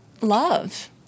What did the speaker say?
love